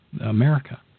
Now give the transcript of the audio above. America